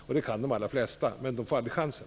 Det kan de allra flesta, men de får aldrig chansen.